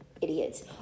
idiots